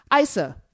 Isa